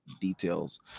details